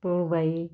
पुळबाई